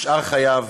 בשאר חייו,